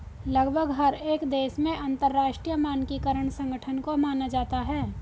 लगभग हर एक देश में अंतरराष्ट्रीय मानकीकरण संगठन को माना जाता है